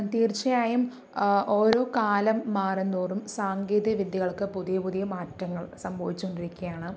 തീർച്ചയായും ഓരോ കാലം മാറുന്തോറും സാങ്കേതിക വിദ്യകൾക്ക് പുതിയ പുതിയ മാറ്റങ്ങൾ സംഭവിച്ച് കൊണ്ടിരിക്കുകയാണ്